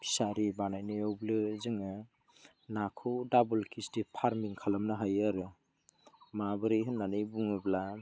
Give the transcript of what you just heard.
fishery बानायनायावबो जोङो नाखौ डाबोल किस्टि फारमिं खालामनो हायो आरो माबोरै होननानै बुङोब्ला